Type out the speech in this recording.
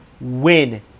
win